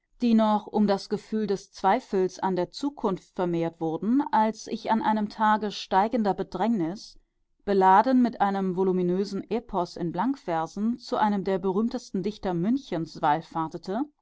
die noch um das gefühl des zweifels an der zukunft vermehrt wurden als ich an einem der tage steigender bedrängnis beladen mit einem voluminösen epos in blankversen zu einem der berühmtesten dichter münchens